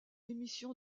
émission